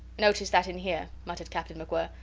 noticed that in here, muttered captain macwhirr.